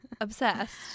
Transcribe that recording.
obsessed